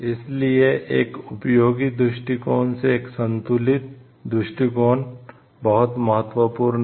इसलिए एक उपयोगी दृष्टिकोण से एक संतुलित दृष्टिकोण बहुत महत्वपूर्ण है